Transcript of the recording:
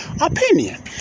opinion